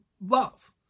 love